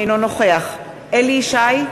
אינו נוכח אליהו ישי,